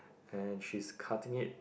and she's cutting it